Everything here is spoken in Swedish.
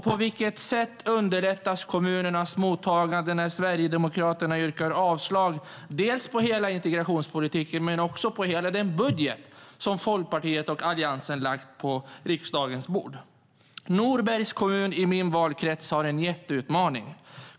På vilket sätt underlättas kommunernas mottagande när Sverigedemokraterna yrkar avslag dels på hela integrationspolitiken, dels på hela den budget som Folkpartiet och Alliansen lagt på riksdagens bord? Norbergs kommun i min valkrets har en jätteutmaning.